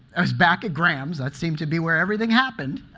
i was back at gram's that seemed to be where everything happened.